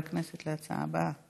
ההצעה להעביר את